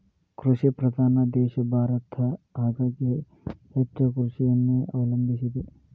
ಕೃಷಿ ಪ್ರಧಾನ ದೇಶ ಭಾರತ ಹಾಗಾಗಿ ಹೆಚ್ಚ ಕೃಷಿಯನ್ನೆ ಅವಲಂಬಿಸಿದೆ